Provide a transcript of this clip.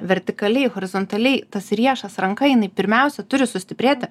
vertikaliai horizontaliai tas riešas ranka jinai pirmiausia turi sustiprėti